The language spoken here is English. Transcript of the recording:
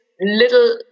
Little